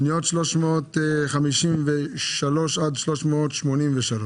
פניות 353 עד 383,